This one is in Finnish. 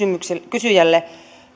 kysyjälle